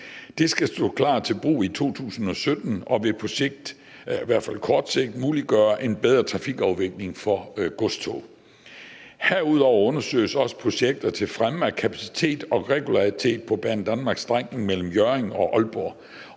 Det skal stå klar til brug i 2017 og vil på sigt, i hvert fald kort sigt, muliggøre en bedre trafikafvikling for godstog. Herudover undersøges også projekter til fremme af kapacitet og regularitet på Banedanmarkstrengen mellem Hjørring og Aalborg.